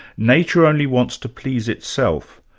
nature only wants to please itself,